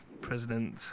President